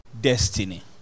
destiny